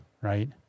right